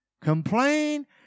Complain